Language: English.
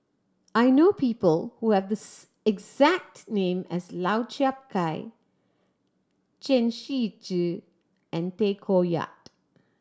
I know people who have the exact name as Lau Chiap Khai Chen Shiji and Tay Koh Yat